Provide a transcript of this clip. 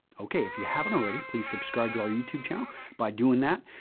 okay, if you havenit already, please subscribe to our youtube channel by doing that.